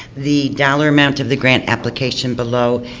the dollar amount of the grant application below,